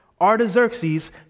Artaxerxes